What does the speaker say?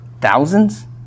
thousands